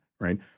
right